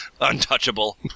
Untouchable